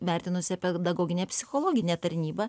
vertinusią pedagoginę psichologinę tarnybą